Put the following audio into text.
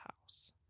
house